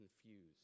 confused